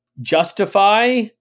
justify